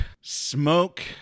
Smoke